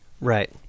Right